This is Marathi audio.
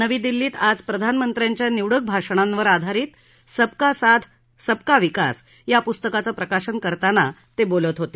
नवी दिल्लीत आज प्रधानमंत्र्यांच्या निवडक भाषणांवर आधारित सबका साथ सबका विकास या पुस्तकाचं प्रकाशन करताना ते बोलत होते